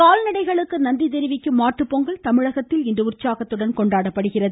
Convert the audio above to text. கால்நடைகளுக்கு நன்றி தெரிவிக்கும் மாட்டுப் பொங்கல் தமிழகத்தில் இன்று உற்சாகத்துடன் கொண்டாடப்படுகிறது